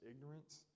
ignorance